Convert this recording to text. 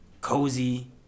cozy